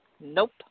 Nope